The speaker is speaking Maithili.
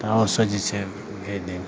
तऽ ओसब जे छै भेज देब